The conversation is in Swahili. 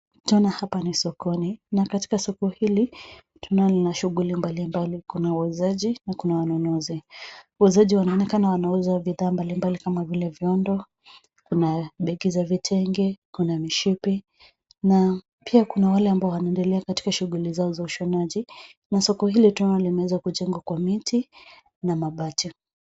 Tunaona hapa ni sokoni, na katika soko hili tunaona lina shughuli mbalimbali. Kuna wauzaji na kuna wanunuzi. Wauzaji wanaonekana wanauza bidhaa mbalimbali kama vile viondo, kuna begi za vitenge, kuna mishipi na pia kuna wale ambao wanaendelea katika shughuli zao za ushonaji na soko hili tunaona limeweza kujengwa kwa miti na mabati.